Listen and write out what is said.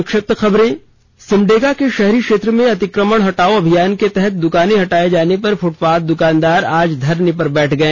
संक्षिप्त खबर सिमडेगा के शहरी क्षेत्र में अतिक्रमण हटाओ अभियान के तहत दुकानें हटाए जाने पर फुटपाथ दुकानदार आज धरने पर बैठ गए